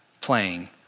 playing